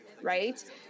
right